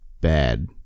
bad